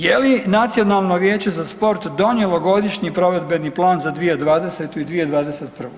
Je li Nacionalno vijeće za sport donijelo Godišnji provedbeni plan za 2020.i 2021.